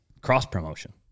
cross-promotion